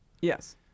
Yes